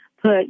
put